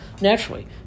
naturally